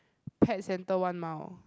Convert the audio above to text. pet centre one mile